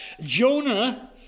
Jonah